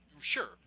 Sure